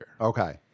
Okay